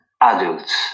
adults